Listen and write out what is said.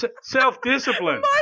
Self-discipline